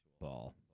ball